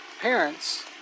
parents